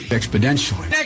Exponentially